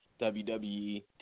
WWE